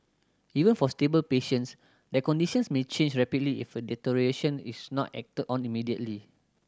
even for stable patients their conditions may change rapidly if a deterioration is not acted on immediately